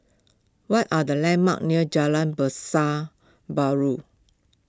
what are the landmarks near Jalan Pasar Baru